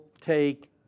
take